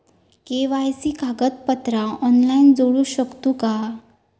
KYC कागदपत्रा online जोडू शकतू का?